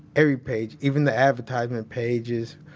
every page, even the advertisement pages,